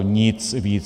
Nic víc.